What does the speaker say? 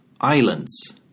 Islands